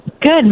Good